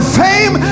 fame